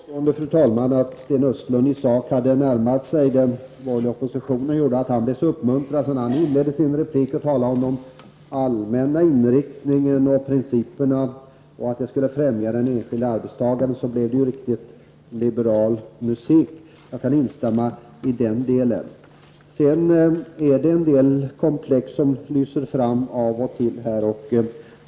Fru talman! Mitt påstående att Sten Östlund i sak hade närmat sig den borgerliga oppositionen gjorde att han blev så uppmuntrad att han inledde sin replik med att tala om den allmänna inriktningen, principerna samt att det skulle främja den enskilda arbetstagaren. Det blev riktigt liberal musik. Jag kan instämma i den delen. Det finns en del komplex som av och till lyser fram här.